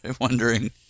wondering